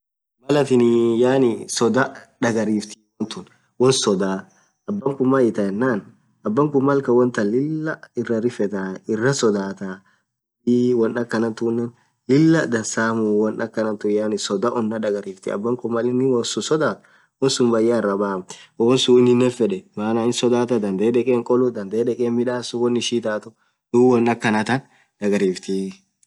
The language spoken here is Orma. Mal athin yaani sodhaa dhagariftii wontun won sodhaa abakhun maaa ithiyenen abakhun Malkan wontan Lilah irra rifethaa iraa sodhadha dhub won akhan tunen Lilah dhansaamu won akhatun sodha onna dharifthe abakhun Mal inin wonsun sodhad wonsun bayya iraba wonsun woininen fedheee maana hinsodhadha dhandhe dhekhe hinkholu dhadhe dekke hinimdhasu won ishin ithathu dhub won akhanathan dhagariftii